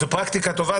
זאת פרקטיקה טובה,